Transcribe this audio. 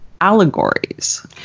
allegories